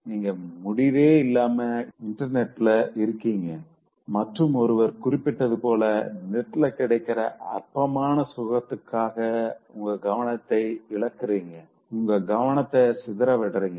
நீங்க முடிவே இல்லாம இன்டர்நெட்ல இருக்கீங்க மற்றும் ஒருவர் குறிப்பிட்டது போல நெட்ல கிடைக்கிற அற்பமான சுகத்துக்காக உங்க கவனத்த இகலக்குறீங்க உங்க கவனத்த சிதர விடுறீங்க